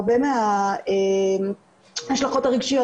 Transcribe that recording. הרבה מההשלכות הרגשיות,